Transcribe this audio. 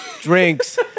drinks